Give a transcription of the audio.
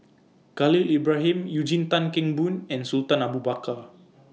Khalil Ibrahim Eugene Tan Kheng Boon and Sultan Abu Bakar